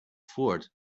fort